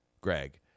Greg